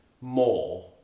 more